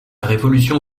révolution